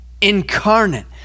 incarnate